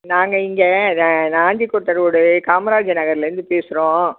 நாங்கள் இங்கே நான் நாஞ்சிக்கோட்டை ரோடு காமராஜர் நகர்லேருந்து பேசுகிறோம்